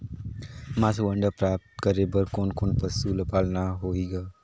मांस अउ अंडा प्राप्त करे बर कोन कोन पशु ल पालना होही ग?